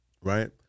Right